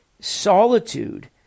solitude